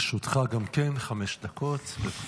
לרשותך גם כן חמש דקות, בבקשה.